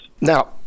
Now